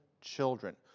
children